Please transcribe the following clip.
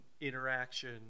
interaction